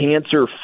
cancer